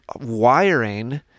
wiring